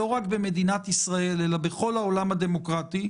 לא רק במדינת ישראל אלא בכל העולם הדמוקרטי,